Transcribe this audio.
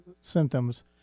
symptoms